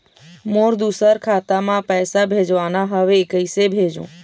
मोर दुसर खाता मा पैसा भेजवाना हवे, कइसे भेजों?